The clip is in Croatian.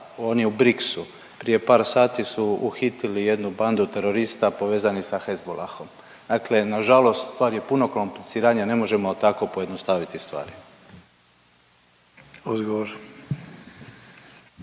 on je BRIKS-u, prije par sati su uhitili jednu bandu terorista povezani sa Hezbollahom, dakle nažalost stvar je puno kompliciranija, ne možemo tako pojednostaviti stvari.